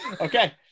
Okay